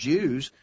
Jews